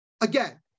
again